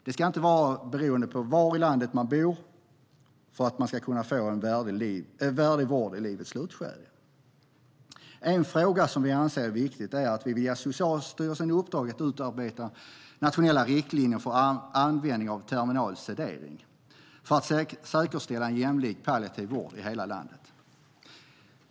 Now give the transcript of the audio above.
Var i landet man bor ska inte vara avgörande för om man ska kunna få värdig vård i livets slutskede. Vi anser att det är viktigt att Socialstyrelsen får i uppdrag att utarbeta nationella riktlinjer för användning av terminal sedering, för att säkerställa en jämlik palliativ vård i hela landet.